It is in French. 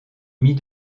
mit